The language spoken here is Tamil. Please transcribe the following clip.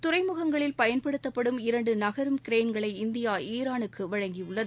துறைமுகங்களில் பயன்படுத்தப்படும் இரண்டு நகரும் கிரேன்களை இந்தியா ஈரானுக்கு வழங்கி உள்ளது